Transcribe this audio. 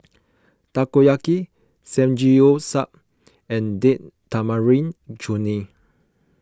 Takoyaki Samgeyopsal and Date Tamarind Chutney